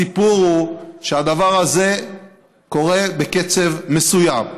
הסיפור הוא שהדבר הזה קורה בקצב מסוים.